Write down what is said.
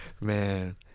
Man